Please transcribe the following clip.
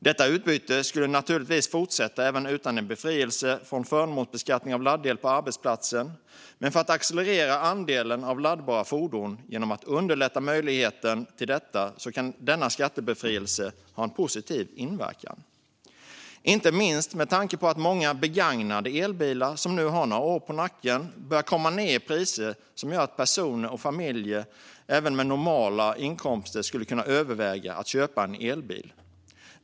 Detta utbyte skulle naturligtvis fortsätta även utan en befrielse från förmånsbeskattning av laddel på arbetsplatsen, men för att accelerera andelen laddbara fordon genom att underlätta möjligheten till detta kan denna skattebefrielse ha en positiv inverkan. Detta gäller inte minst med tanke på att många begagnade elbilar som börjar få några år på nacken börjar komma ned i priser som gör att även personer och familjer med normala inkomster skulle kunna överväga att köpa en elbil.